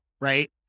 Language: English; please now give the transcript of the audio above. right